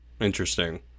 Interesting